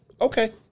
Okay